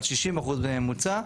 על 60% בממוצע.